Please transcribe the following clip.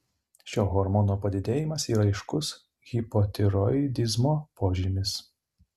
šio hormono padidėjimas yra aiškus hipotiroidizmo požymis